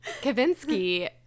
Kavinsky